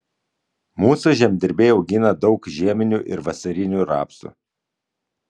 mūsų žemdirbiai augina daug žieminių ir vasarinių rapsų